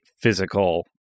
physical